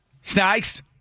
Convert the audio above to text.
Snakes